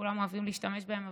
שכולם אוהבים להשתמש בהם,